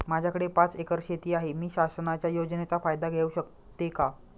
माझ्याकडे पाच एकर शेती आहे, मी शासनाच्या योजनेचा फायदा घेऊ शकते का?